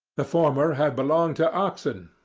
the former have belonged to oxen,